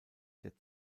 der